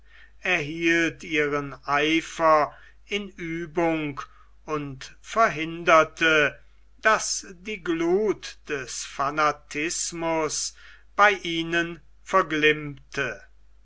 erhielt ihren eifer in uebung und verhinderte daß die gluth des fanatismus bei ihnen verglimmte